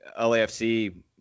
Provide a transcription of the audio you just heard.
LAFC